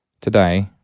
Today